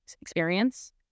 experience